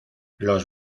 los